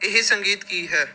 ਇਹ ਸੰਗੀਤ ਕੀ ਹੈ